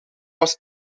was